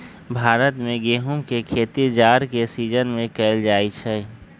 भारत में गेहूम के खेती जाड़ के सिजिन में कएल जाइ छइ